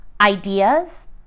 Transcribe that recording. ideas